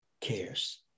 cares